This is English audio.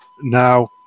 now